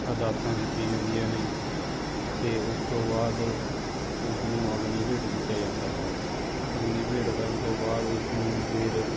ਅਰਦਾਸਾਂ ਕੀਤੀਆਂ ਜਾਂਦੀਆਂ ਨੇ ਅਤੇ ਉਸ ਤੋਂ ਬਾਅਦ ਉਸ ਨੂੰ ਅਗਨੀ ਭੇਟ ਕੀਤਾ ਜਾਂਦਾ ਹੈ ਅਗਨੀ ਭੇਟ ਕਰਨ ਤੋਂ ਬਾਅਦ ਉਸਨੂੰ ਫਿਰ